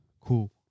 cool